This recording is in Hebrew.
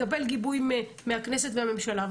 לקבל גיבוי מהכנסת והממשלה.